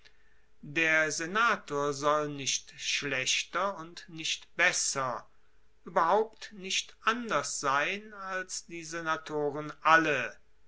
der senator soll nicht schlechter und nicht besser ueberhaupt nicht anders sein als die senatoren alle